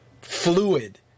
fluid